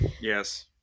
Yes